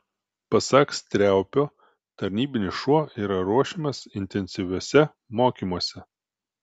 pasak striaupio tarnybinis šuo yra ruošiamas intensyviuose mokymuose